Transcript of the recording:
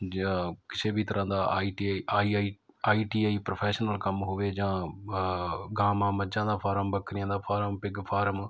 ਜਾਂ ਕਿਸੇ ਵੀ ਤਰ੍ਹਾਂ ਦਾ I T I I I I T I professional ਕੰਮ ਹੋਵੇ ਜਾਂ ਗਾਵਾਂ ਮੱਝਾਂ ਦਾ ਫਾਰਮ ਬੱਕਰੀਆਂ ਦਾ ਫਾਰਮ ਪਿੱਗ ਫਾਰਮ